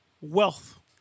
wealth